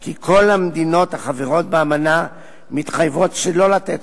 כי כל המדינות החברות באמנה מתחייבות שלא לתת